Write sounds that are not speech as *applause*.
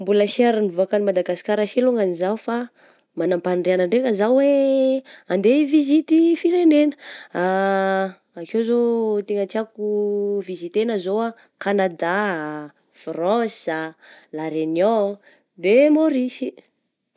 Mbola sy ary nivoaka any Madagasikara sy longany zao fa manam-pagniriàna ndraika zao hoe handeha hivizity firenena, *hesitation* akeo zao tegna tiako vizitegna zao ah Canada, France, La Reunion, de Maurice.